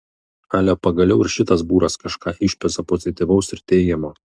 ale pagaliau ir šitas būras kažką išpeza pozityvaus ir teigiamo